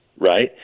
right